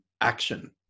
action